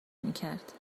میکرد